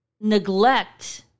neglect